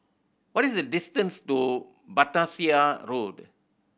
what is the distance to Battersea Road